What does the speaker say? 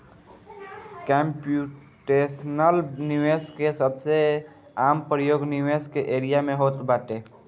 computational निवेश के सबसे आम प्रयोग निवेश के एरिया में होत बाटे